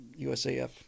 USAF